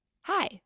Hi